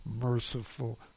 merciful